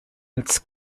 its